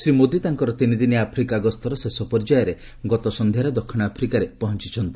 ଶ୍ରୀ ମୋଦୀ ତାଙ୍କର ତିନିଦିନିଆ ଆଫ୍ରିକା ଗସ୍ତର ଶେଷ ପର୍ଯ୍ୟାୟରେ ଗତ ସନ୍ଧ୍ୟାରେ ଦକ୍ଷିଣ ଆଫ୍ରିକାରେ ପହଞ୍ଚୁଛନ୍ତି